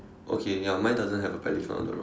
okay ya mine doesn't have a pelican on the rock